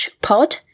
pod